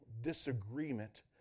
disagreement